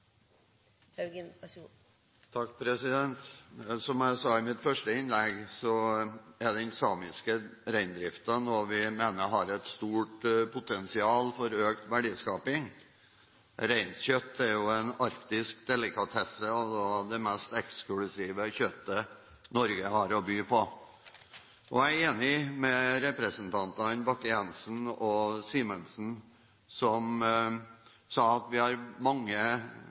Som jeg sa i mitt første innlegg, mener vi at den samiske reindriften har et stort potensial for økt verdiskaping. Reinsdyrkjøtt er en arktisk delikatesse som er av det mest eksklusive kjøttet som Norge har å by på. Jeg er enig med representantene Kåre Simensen og Frank Bakke-Jensen som sa at vi har mange